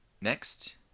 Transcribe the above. next